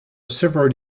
several